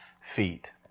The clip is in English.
feet